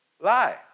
lie